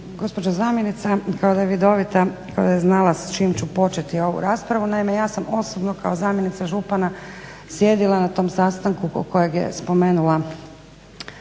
gospođa zamjenica kao da je vidovita, kao da je znala s čim ću početi ovu raspravu. Naime, ja sam osobno kao zamjenica župana sjedila na tom sastanku kojeg je spomenula